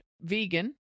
vegan